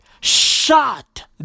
shot